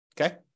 Okay